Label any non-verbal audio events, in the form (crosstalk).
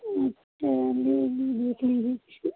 चांदी वांली देख लीजिए (unintelligible)